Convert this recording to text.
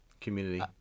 community